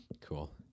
Cool